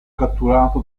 catturato